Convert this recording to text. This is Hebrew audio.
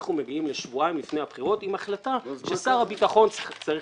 אנחנו מגיעים לשבועיים לפני הבחירות עם החלטה ששר הביטחון צריך לקבל.